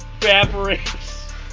evaporates